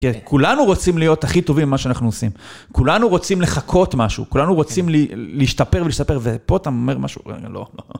כן, כולנו רוצים להיות הכי טובים במה שאנחנו עושים. כולנו רוצים לחכות משהו, כולנו רוצים להשתפר ולהשתפר, ופה אתה אומר משהו, לא.